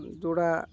ଯୋଡ଼ା